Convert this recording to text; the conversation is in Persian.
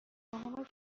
نهم